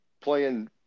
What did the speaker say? playing